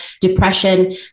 depression